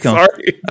sorry